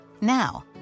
Now